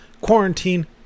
quarantine